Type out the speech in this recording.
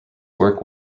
work